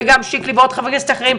וגם שיקלי ועוד חברי כנסת אחרים,